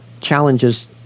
challenges